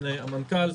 המנכ"ל,